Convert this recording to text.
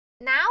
Now